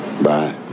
bye